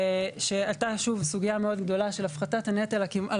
עלתה שוב סוגייה מאוד גדולה של הפחתת הנטל על